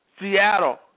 Seattle